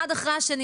אחד אחרי השני.